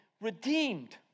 redeemed